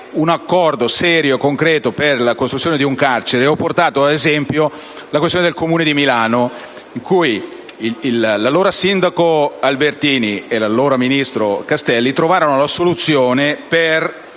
un accordo serio e concreto per la costruzione di un carcere. Ho portato ad esempio il caso del Comune di Milano, in cui l'allora sindaco Albertini e l'allora ministro Castelli trovarono una soluzione per